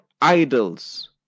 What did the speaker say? idols